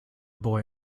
boy